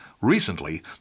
Recently